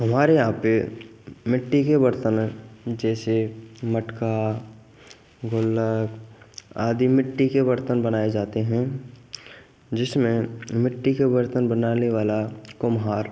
हमारे यहाँ पर मिट्टी के बर्तन जैसे मटका गुल्लक आदि मिट्टी के बर्तन बनाए जाते हैं जिसमें मिट्टी के बर्तन बनाने वाला कुम्हार